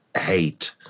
hate